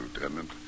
Lieutenant